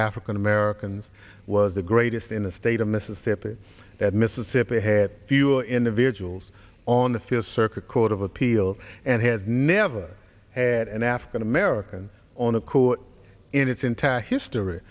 african americans was the greatest in the state of mississippi that mississippi a few individuals on the fear circuit court of appeal and has never had an african american on a court in its entire history